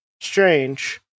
Strange